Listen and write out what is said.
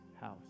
house